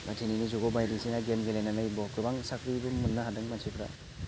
बा दिनैनि जुगाव बायदिसिना गेम गेलेनानैबो गोबां साख्रिबो मोननो हादों मानसिफ्रा